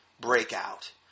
breakout